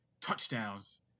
touchdowns